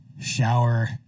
shower